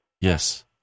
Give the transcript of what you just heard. Yes